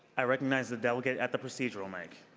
i recognize the delegate at the procedural mic.